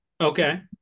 Okay